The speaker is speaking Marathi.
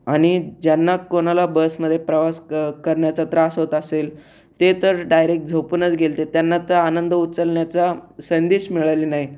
आणि ज्यांना कोणाला बसमध्ये प्रवास क करण्याचा त्रास होत असेल ते तर डायरेक्ट झोपूनच गेलते त्यांना तं आनंद उचलण्याचा संदेश मिळाले नाही